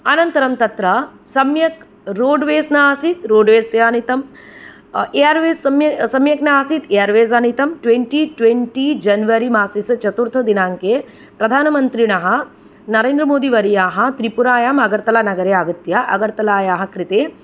अनन्तरं तत्र सम्यक् रोड्वेज़् नासीत् रोड्वेज़् ते आनीतम् एयरवेज़् साम्य सम्यक् नासीत् एयरवेज़् आनीतं ट्वेण्टि ट्वेण्टि जनवरी मासस्य चतुर्थदिनाङ्के प्रधानमन्त्रिणः नरेन्द्रमोदीवर्याः त्रिपुरायां अगर्तला आगत्य अगर्तलायाः कृते